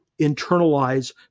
internalize